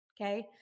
okay